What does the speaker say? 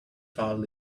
fall